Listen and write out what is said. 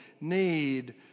need